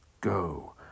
go